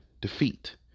defeat